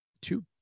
two